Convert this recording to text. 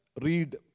read